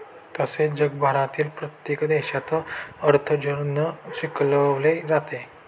तसेच जगभरातील प्रत्येक देशात अर्थार्जन शिकवले जाते